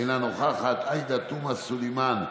אינה נוכחת, עאידה תומא סלימאן,